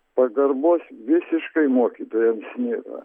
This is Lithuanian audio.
pagarbos visiškai mokytojam nėra